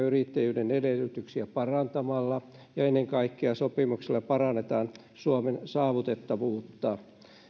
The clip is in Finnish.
yrittäjyyden edellytyksiä parantamalla ja ennen kaikkea sopimuksilla parannetaan suomen saavutettavuutta